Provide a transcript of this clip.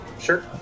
sure